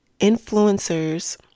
influencers